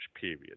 period